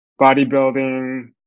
bodybuilding